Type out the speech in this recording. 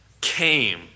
came